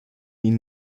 ihnen